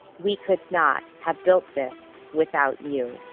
we could not have built this without you.